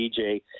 DJ